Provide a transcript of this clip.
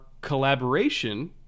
collaboration